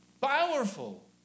powerful